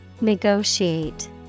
negotiate